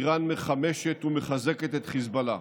איראן מחמשת ומחזקת את חיזבאללה.